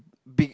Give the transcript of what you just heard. big